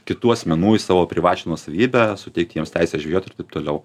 kitų asmenų į savo privačią nuosavybę suteikti jiems teisę žvejot ir taip toliau